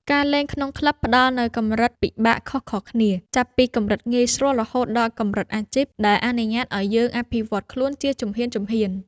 ការលេងក្នុងក្លឹបផ្ដល់នូវកម្រិតពិបាកខុសៗគ្នា ចាប់ពីកម្រិតងាយស្រួលរហូតដល់កម្រិតអាជីព ដែលអនុញ្ញាតឱ្យយើងអភិវឌ្ឍខ្លួនជាជំហានៗ។